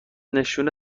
نشون